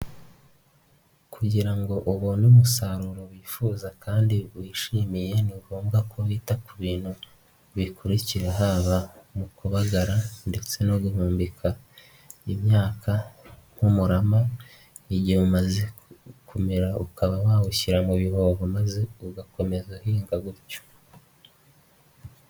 Kugira ngo ubone umusaruro wifuza kandi wishimiye ni ngombwa ko wita ku bintu bikurikira haba mu kubagara ndetse no guhumbika imyaka nk'umurama n'igihe umaze kumera ukaba wawushyira mu bihobo maze ugakomeza uhinga gutyo.